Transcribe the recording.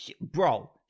Bro